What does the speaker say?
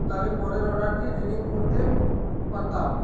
তাহলে পরের অর্ডারটি রিডিম করতে পারতাম